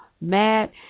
mad